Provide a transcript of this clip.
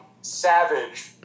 Savage